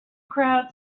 crowd